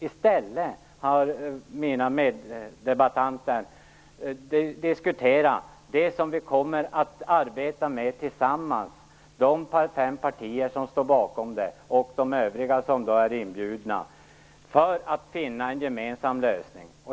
I stället har mina meddebattörer diskuterat det som vi kommer att arbeta med tillsammans inom de fem partier som står bakom förslaget, samt de övriga som är inbjudna, för att finna en gemensam lösning.